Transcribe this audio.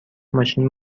ماشین